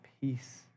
peace